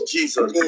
Jesus